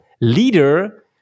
leader